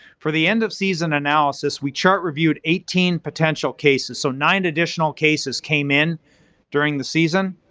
for the end-of-season analysis, we chart reviewed eighteen potential cases, so nine additional cases came in during the season,